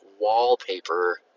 wallpaper